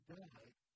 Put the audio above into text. died